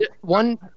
one